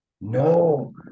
no